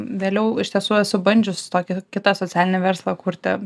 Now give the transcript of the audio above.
vėliau iš tiesų esu bandžius tokį kitą socialinį verslą kurti